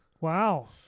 Wow